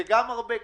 זה גם הרבה כסף,